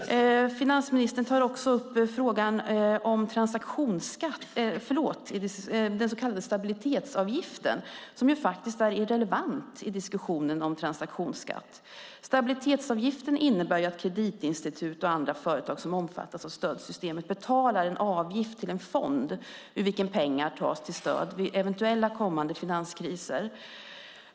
Finansministern tar också upp frågan om den så kallade stabilitetsavgiften, som faktiskt är irrelevant i diskussionen om transaktionsskatt. Stabilitetsavgiften innebär att kreditinstitut och andra som omfattas av stöldsystemet betalar en avgift till en fond, ur vilken pengar tas till stöd vid eventuella kommande finanskriser.